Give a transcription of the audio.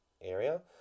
area